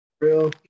Real